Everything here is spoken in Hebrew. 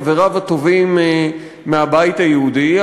חבריו הטובים מהבית היהודי,